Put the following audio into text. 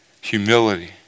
Humility